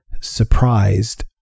surprised